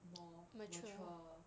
more mature